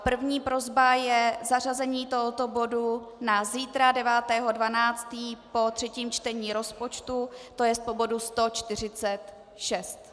První prosba je zařazení tohoto bodu na zítra 9. 12. po třetím čtení rozpočtu, to jest po bodu 146.